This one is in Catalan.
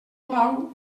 blau